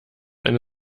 eine